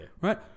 right